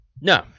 No